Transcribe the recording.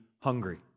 hungry